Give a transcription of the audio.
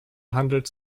handelt